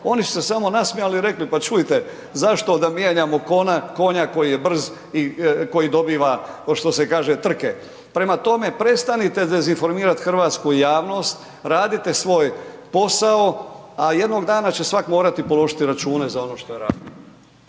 Oni su se samo nasmijali i rekli, pa čujte zašto da mijenjamo konja koji je brz i koji dobiva što se kaže trke. Prema tome, prestanite dezinformirat hrvatsku javnost, radite svoj posao, a jednog dana svak će morati položiti račune za ono što je radio.